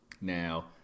Now